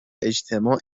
اجتماع